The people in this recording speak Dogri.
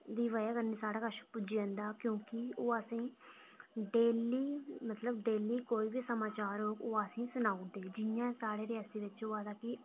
दी वजह् कन्नै साढ़े कश पुज्जी जंदा क्योंकि ओह् असें गी डेह्ली मतलब डेह्ली कोई बी समाचार होग ओह् असें गी सनाई ओड़दे जि'यां साढ़े रियासी बिच होआ दा कि